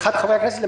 הכנסת,